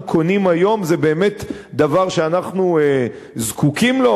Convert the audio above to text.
קונים היום זה באמת דבר שאנחנו זקוקים לו?